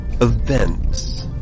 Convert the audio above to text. events